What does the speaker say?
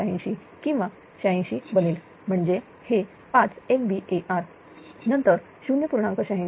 86 किंवा 86 बनेल म्हणजे हे 5MVAr नंतर 0